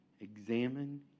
Examine